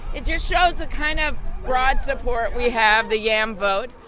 it just shows a kind of broad support. we have the yam vote.